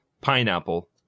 pineapple